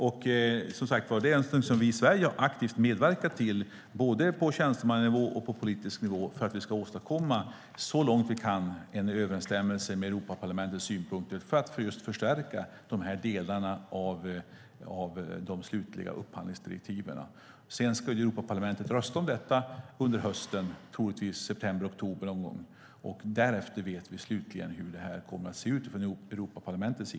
Detta är något som vi i Sverige aktivt har medverkat till, både på tjänstemannanivå och på politisk nivå, för att vi så långt vi kan ska åstadkomma en överensstämmelse med Europaparlamentets synpunkter för att just förstärka dessa delar av de slutliga upphandlingsdirektiven. Europaparlamentet ska rösta om detta i höst, troligtvis i september eller oktober. Därefter vet vi slutligen hur detta kommer att se ut från Europaparlamentet.